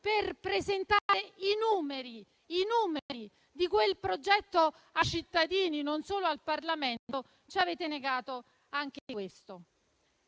per presentare i numeri di quel progetto ai cittadini (e non solo al Parlamento), ci avete negato anche questo.